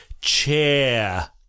Chair